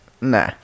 Nah